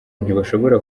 ntibashobora